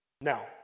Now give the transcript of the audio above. Now